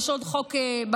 יש עוד חוק בקנה,